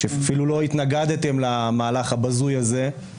אפילו לא התנגדתם למהלך הבזוי הזה.